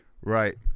Right